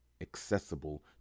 accessible